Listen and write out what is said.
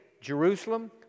Jerusalem